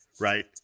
right